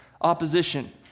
opposition